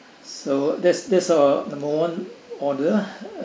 so that's that's uh number one order